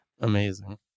Amazing